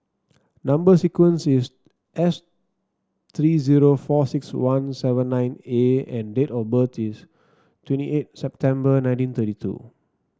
number sequence is S three zero four six one seven nine A and date of birth is twenty eight September nineteen thirty two